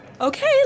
okay